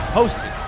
hosted